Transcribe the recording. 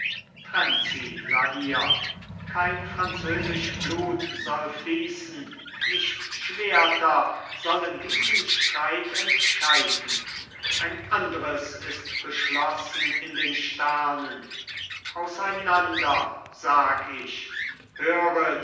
hire kein französisch blut soll fließen nicht schwerter sollen diesen streit entscheiden ein andres ist beschlossen in den sternen auseinander sag ich